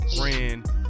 friend